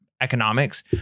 economics